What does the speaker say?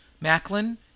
Macklin